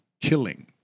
killing